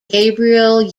gabriel